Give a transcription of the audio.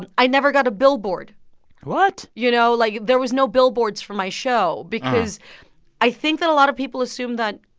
and i never got a billboard what? you know, like, there was no billboards for my show because i think that a lot of people assume that